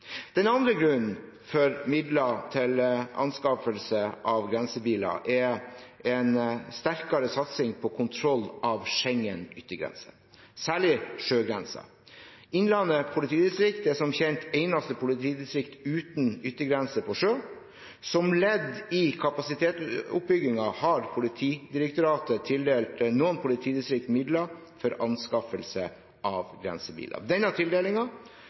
Den andre grunnen for midler til anskaffelse av grensebiler er en sterkere satsing på kontroll av Schengen yttergrense, særlig sjøgrensen. Innlandet politidistrikt er som kjent det eneste politidistrikt uten yttergrense på sjø. Som ledd i kapasitetsoppbyggingen har Politidirektoratet tildelt noen politidistrikt midler for anskaffelse av grensebiler. Denne